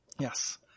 Yes